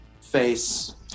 face